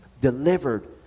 Delivered